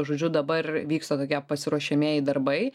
žodžiu dabar vyksta tokie pasiruošiamieji darbai